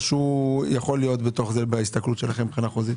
או יכול להיות בתוך זה בהסתכלות שלכם חוזית?